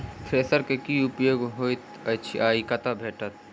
Thresher केँ की उपयोग होइत अछि आ ई कतह भेटइत अछि?